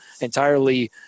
entirely